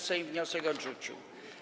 Sejm wniosek odrzucił.